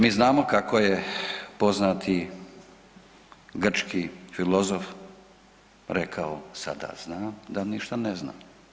Mi znamo kako je poznati grčki filozof rekao „sada znam da ništa ne znam“